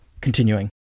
continuing